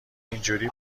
اینجوری